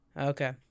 Okay